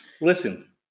listen